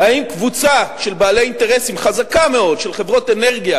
האם קבוצה של בעלי אינטרסים חזקה מאוד של חברות אנרגיה